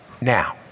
Now